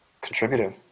contributive